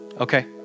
Okay